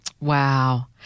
Wow